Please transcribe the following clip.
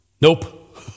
nope